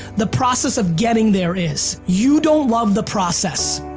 the process of getting there is. you don't love the process.